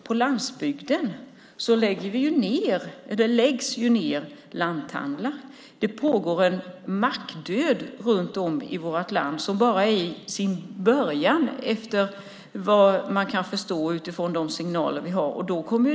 På landsbygden läggs dessutom lanthandlar ned. Det pågår också en mackdöd runt om vi vårt land, något som bara börjat efter vad vi kan förstå av de signaler vi får.